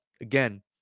again